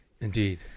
Indeed